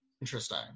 Interesting